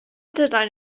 deadline